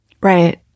Right